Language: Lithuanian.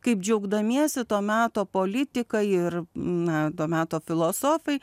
kaip džiaugdamiesi to meto politika ir na to meto filosofai